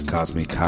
Cosmic